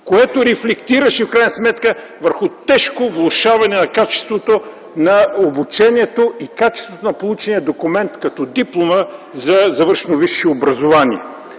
сметка рефлектираше върху тежко влошаване на качеството на обучението и качеството на получения документ като диплома за завършено висше образование.